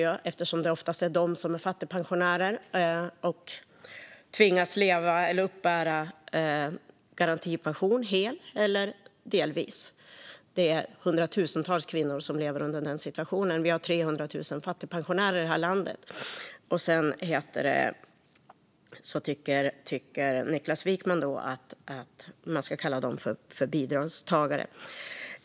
Det är oftast de som är fattigpensionärer och tvingas uppbära garantipension, helt eller delvis. Det är hundratusentals kvinnor som lever i den situationen. Vi har 300 000 fattigpensionärer i det här landet. Sedan tycker Niklas Wykman att man ska kalla dem för bidragstagare.